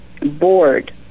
board